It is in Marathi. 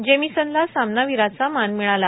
जेमीसनला सामनावीराचा मान मिळाला